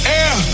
air